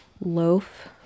loaf